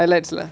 highlights lah